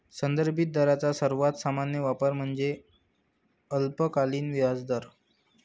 संदर्भित दरांचा सर्वात सामान्य वापर म्हणजे अल्पकालीन व्याजदर